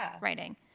writing